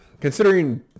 considering